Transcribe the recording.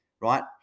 right